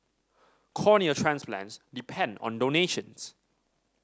cornea transplants depend on donations